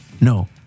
No